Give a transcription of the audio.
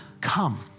Come